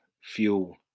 fuel